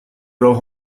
راهو